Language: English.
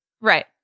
right